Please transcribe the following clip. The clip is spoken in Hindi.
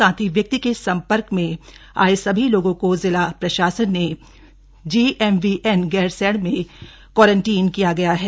साथ ही व्यक्ति के संपर्क में आए सभी लोगों को जिला प्रशासन ने जीएमवीएन गैरसैंण में क्वारंटीन किया गया है